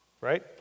right